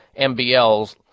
MBLs